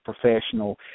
professional